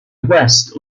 west